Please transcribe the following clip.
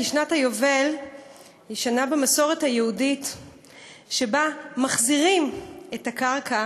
כי שנת היובל במסורת היהודית היא שנה שבה מחזירים את הקרקע